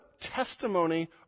testimony